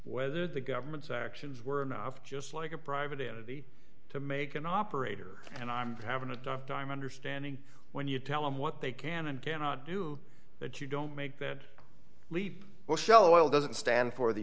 whether the government's actions were enough just like a private entity to make an operator and i'm having a tough time understanding when you tell them what they can and cannot do that you don't make that leap well shell oil doesn't stand for the